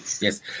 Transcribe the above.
Yes